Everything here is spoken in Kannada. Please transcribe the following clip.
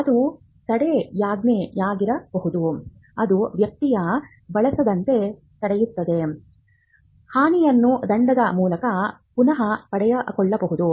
ಅದು ತಡೆಯಾಜ್ಞೆಯಾಗಿರಬಹುದು ಅದು ವ್ಯಕ್ತಿಯನ್ನು ಬಳಸದಂತೆ ತಡೆಯುತ್ತದೆ ಹಾನಿಯನ್ನು ದಂಡದ ಮೂಲಕ ಪುನಹ ಪಡೆದುಕೊಳ್ಳಬಹುದು